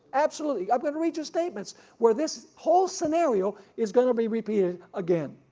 absolutely, i'm going to read your statements where this whole scenario is going to be repeated again